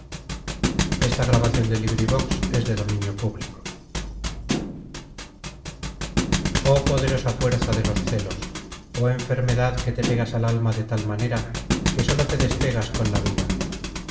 oh poderosa fuerza de los celos oh enfermedad que te pegas al alma de tal manera que sólo te despegas con la vida